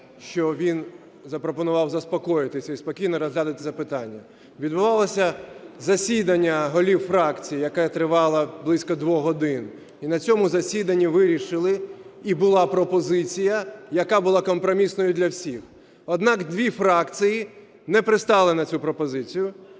що він запропонував заспокоїтися і спокійно розглядати це питання. Відбулося засідання голів фракцій, яке тривало близько двох годин, і на цьому засіданні вирішили і була пропозиція, яка була компромісною для всіх. Однак дві фракції не пристали на цю пропозицію